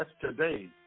today